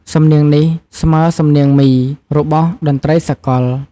សំនៀងនេះស្មើសំនៀងមី របស់តន្ដ្រីសាកល។